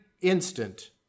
instant